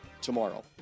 tomorrow